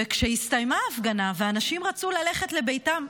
וכשהסתיימה ההפגנה והאנשים רצו ללכת לביתם,